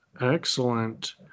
excellent